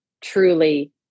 truly